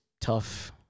tough